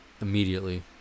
immediately